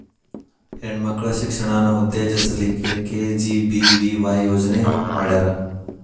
ಹೆಣ್ ಮಕ್ಳ ಶಿಕ್ಷಣಾನ ಉತ್ತೆಜಸ್ ಲಿಕ್ಕೆ ಕೆ.ಜಿ.ಬಿ.ವಿ.ವಾಯ್ ಯೋಜನೆ ಮಾಡ್ಯಾರ್